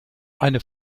eine